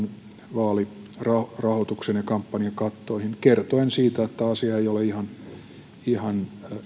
vaalirahoitukseen ja kampanjakattoihin kertoen siitä että asia ei ole ihan